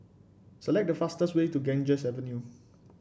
select the fastest way to Ganges Avenue